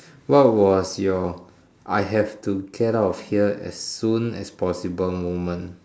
what was your I have to get out of here as soon as possible moment